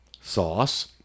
Sauce